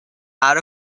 out